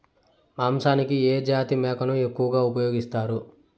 మాంసానికి ఏ జాతి మేకను ఎక్కువగా ఉపయోగిస్తారు?